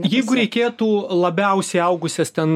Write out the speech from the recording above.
jeigų reikėtų labiausiai augusias ten